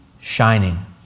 shining